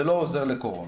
זה לא עוזר לקורונה'.